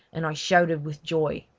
and i shouted with joy.